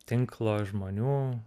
tinklo žmonių